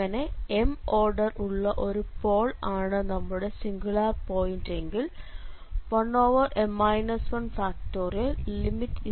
അങ്ങനെ m order ഉള്ള ഒരു പോൾ ആണ് നമ്മുടെ സിംഗുലാർ പോയിന്റ് എങ്കിൽ 1m 1